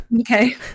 Okay